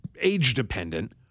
age-dependent